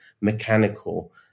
mechanical